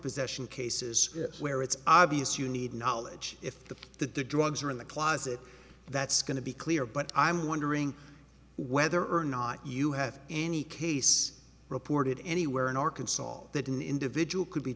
possession cases where it's obvious you need knowledge if the drugs are in the closet that's going to be clear but i'm wondering whether or not you have any case reported anywhere in arkansas law that an individual could be